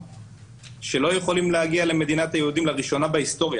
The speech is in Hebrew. שלא יכולים להגיע למדינת היהודים לראשונה בהיסטוריה,